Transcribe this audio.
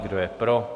Kdo je pro?